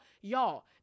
y'all